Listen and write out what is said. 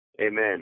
Amen